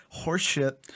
Horseshit